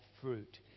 fruit